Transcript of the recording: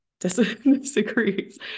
disagrees